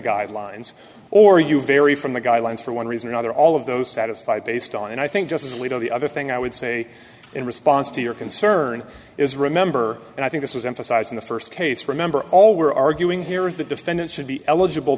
guidelines or you vary from the guidelines for one reason or another all of those satisfied based on and i think justice alito the other thing i would say in response to your concern is remember and i think this was emphasized in the first case remember all we're arguing here is the defendant should be eligible